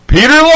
Peter